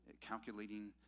calculating